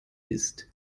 ist